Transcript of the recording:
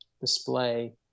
display